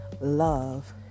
love